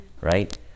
right